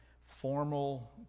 formal